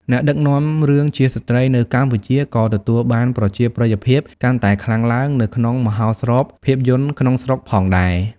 អ្នកដឹកនាំរឿងជាស្ត្រីនៅកម្ពុជាក៏ទទួលបានប្រជាប្រិយភាពកាន់តែខ្លាំងឡើងនៅក្នុងមហោស្រពភាពយន្តក្នុងស្រុកផងដែរ។